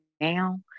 now